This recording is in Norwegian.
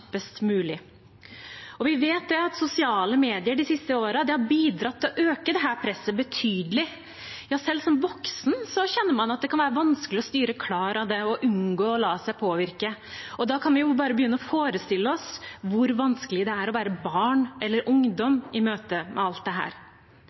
mulig. Vi vet at sosiale medier de siste årene har bidratt til å øke dette presset betydelig. Ja, selv som voksen kjenner man at det kan være vanskelig å styre klar av det og unngå å la seg påvirke, og da kan vi bare forestille oss hvor vanskelig det er å være barn eller ungdom